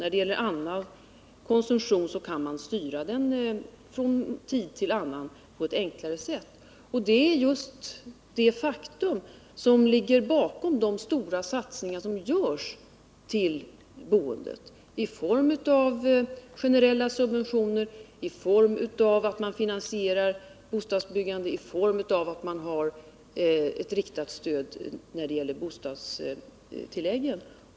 När det gäller annan konsumtion kan man styra denna från tid till annan på ett enklare sätt. Det är just detta faktum som ligger bakom de stora satsningar som görs på boendet. De utgår i form av generella subventioner, i form av finansiering av bostadsbyggandet, i Nr 30 form av riktat stöd när det gäller bostadsbidragen.